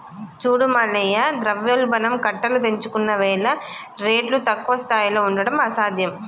చూడు మల్లయ్య ద్రవ్యోల్బణం కట్టలు తెంచుకున్నవేల రేట్లు తక్కువ స్థాయిలో ఉండడం అసాధ్యం